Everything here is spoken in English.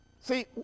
See